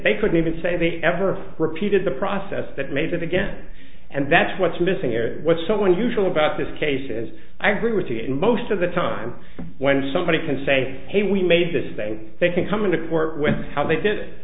they couldn't even say they ever repeated the process that made them again and that's what's missing here what's so unusual about this case is i agree with ian most of the time when somebody can say hey we made this they they can come into court with how they did it